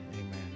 amen